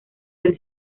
del